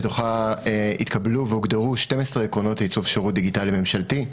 בתוכה התקבלו והוגדרו 12 עקרונות לעיצוב שירות דיגיטלי ממשלתי.